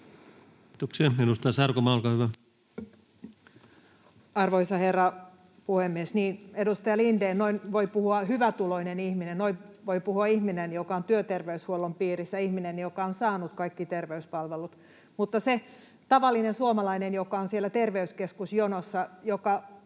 Arvoisa herra puhemies! Niin, edustaja Lindén, noin voi puhua hyvätuloinen ihminen, noin voi puhua ihminen, joka on työterveyshuollon piirissä, ihminen, joka on saanut kaikki terveyspalvelut. Mutta se tavallinen suomalainen, joka on siellä terveyskeskusjonossa ja